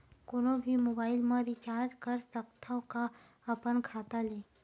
कोनो भी मोबाइल मा रिचार्ज कर सकथव का अपन खाता ले?